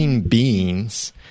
beings